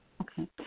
Okay